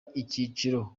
icyiciro